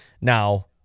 now